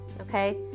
okay